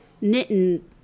knitting